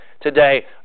today